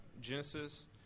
Genesis